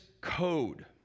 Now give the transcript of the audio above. code